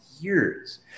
years